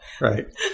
Right